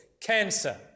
Cancer